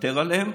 לוותר עליהם,